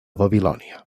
babilònia